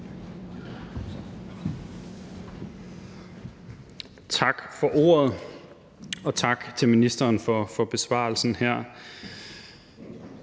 Tak for det, og tak til ministeren for at sige,